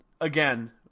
again